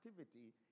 activity